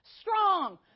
strong